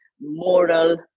moral